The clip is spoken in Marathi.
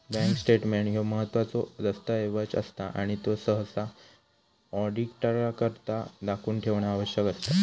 बँक स्टेटमेंट ह्यो महत्त्वाचो दस्तऐवज असता आणि त्यो सहसा ऑडिटकरता राखून ठेवणा आवश्यक असता